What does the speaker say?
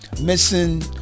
missing